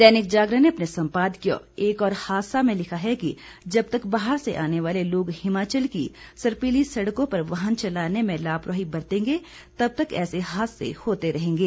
दैनिक जागरण अपने सम्पाद्कीय एक और हादसा में लिखा है कि जब तक बाहर से आने वाले लोग हिमाचल की सर्पीली सड़कों पर वाहन चलाने में लापरवाही बरतेंगे तब तक ऐसे हादसे होते रहेंगे